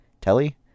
Telly